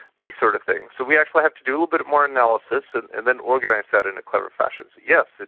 these sort of things. so we actually have to do a bit more analysis and and then organise that in a clever fashion. yes,